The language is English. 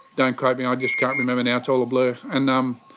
don't quote me i just can't remember now it's all a blur and. um.